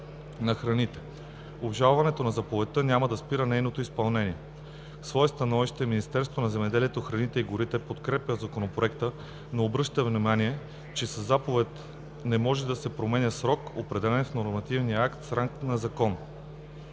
на храните. Обжалването на заповедта няма да спира нейното изпълнение. В свое становище Министерството на земеделието, храните и горите подкрепя Законопроекта, но обръща внимание, че със заповед не може да се променя срок, определен в нормативен акт с ранг на закон.